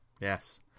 Yes